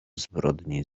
zbrodni